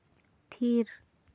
ᱛᱷᱤᱨ